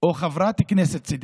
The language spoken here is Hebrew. או חברת כנסת צדיקה?